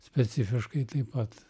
specifiškai taip pat